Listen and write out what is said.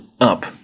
up